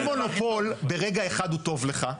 כל מונופול ברגע אחד הוא טוב לך.